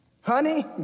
Honey